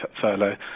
furlough